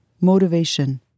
Motivation